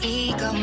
ego